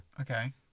Okay